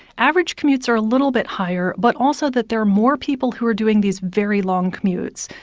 average commutes are a little bit higher, but also that there are more people who are doing these very long commutes.